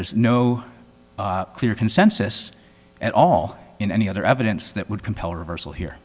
is no clear consensus at all in any other evidence that would compel a reversal here